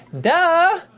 duh